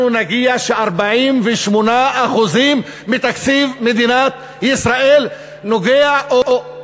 אנחנו נגיע לזה ש-48% מתקציב מדינת ישראל נובע או: